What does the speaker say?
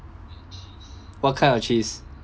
what kind of cheese